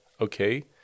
okay